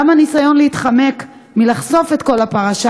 גם הניסיון להתחמק מלחשוף את כל הפרשה